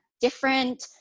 different